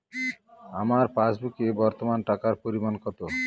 আমার পাসবুকে বর্তমান টাকার পরিমাণ কত?